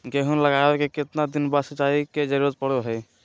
गेहूं लगावे के कितना दिन बाद सिंचाई के जरूरत पड़ो है?